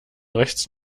rechts